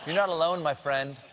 not alone, my friend.